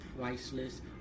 priceless